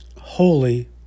holy